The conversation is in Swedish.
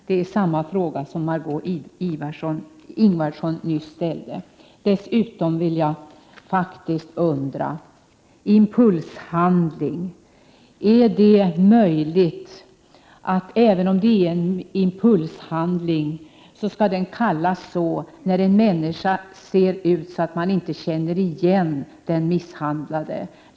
Det är samma fråga som Margöé Ingvardsson nyss ställde. Är det riktigt att kalla en handling för impulshandling om den får som resultat att man efteråt inte känner igen den människa som blev offer för den?